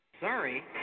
Sorry